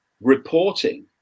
reporting